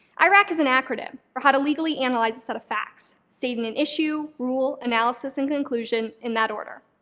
irac is an acronym for how to legally analyze a set of facts, saving an issue, rule, analysis, and conclusion in that order.